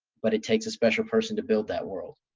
but it takes a special person to build that world.